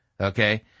Okay